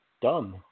done